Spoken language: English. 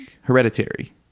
Hereditary